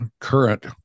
current